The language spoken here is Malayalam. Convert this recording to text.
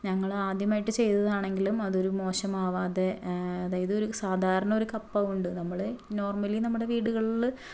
ഞങ്ങൾ ആദ്യമായിട്ട് ചെയ്തതാണെങ്കിലും അതൊരു മോശമാവാതെ അതായത് ഒരു സാധാരണ ഒരു കപ്പ കൊണ്ട് നമ്മളെ നോര്മലി നമ്മുടെ വീടുകളിൽ